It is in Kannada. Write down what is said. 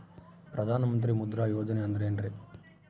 ಪ್ರಧಾನ ಮಂತ್ರಿ ಮುದ್ರಾ ಯೋಜನೆ ಅಂದ್ರೆ ಏನ್ರಿ?